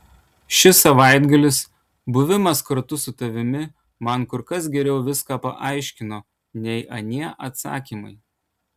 šis savaitgalis buvimas kartu su tavimi man kur kas geriau viską paaiškino nei anie atsakymai